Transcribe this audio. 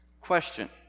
question